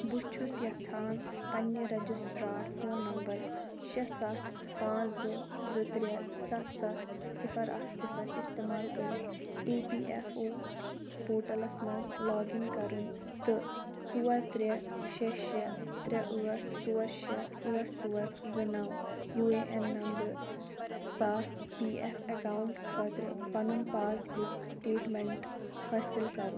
بہٕ چھُس یژھان پننہِ رجسٹرار فون نمبر شےٚ سَتھ پانٛژھ زٕ زٕ ترٛےٚ سَتھ سَتھ صِفر اکھ صِفر استعمال کٔرِتھ E P F O portals مَنٛز لاگ اِن کرُن تہٕ ژور ترٛےٚ شےٚ شےٚ ترٛےٚ ٲٹھ ژور شےٚ ٲٹھ ژور زٕ نو یوٗ اے این نمبرٕ ساتھ پی ایف اکاؤنٹ خٲطرٕ پَنُن پاس بُک سٹیٹمنٹ حٲصِل کرُن